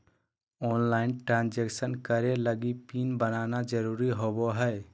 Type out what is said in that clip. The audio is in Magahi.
ऑनलाइन ट्रान्सजक्सेन करे लगी पिन बनाना जरुरी होबो हइ